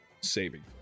saving